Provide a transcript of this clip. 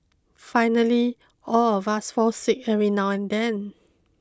finally all of us fall sick every now and then